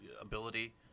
ability